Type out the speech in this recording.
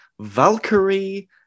valkyrie